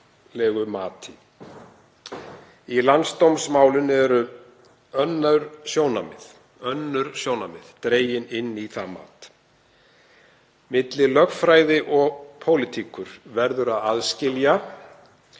Í landsdómsmálinu eru önnur sjónarmið dregin inn í það mat. Milli lögfræði og pólitíkur verður að skilja.